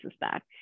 back